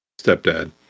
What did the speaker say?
stepdad